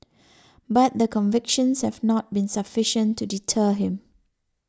but the convictions have not been sufficient to deter him